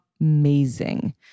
amazing